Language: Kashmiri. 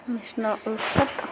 مےٚ چھُ ناو اُلفَت